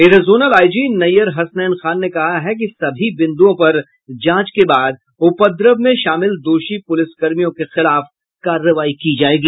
इधर zonal IG Nayyar Hasnain Khan ने कहा है कि सभी बिंदुओं पर जांच के बाद उपद्रव में शामिल दोषी पुलिसकर्मियों के खिलाफ कार्रवाई की जायेगी